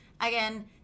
again